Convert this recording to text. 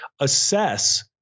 assess